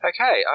Okay